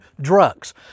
drugs